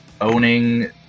owning